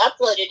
uploaded